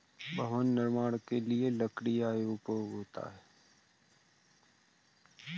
भवन निर्माण के लिए लकड़ी का उपयोग होता है